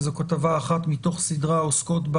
וזו כתבה אחת מתוך סדרה העוסקת,